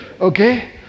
Okay